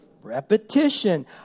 repetition